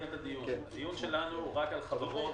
--- הדיון שלנו הוא רק על חברות,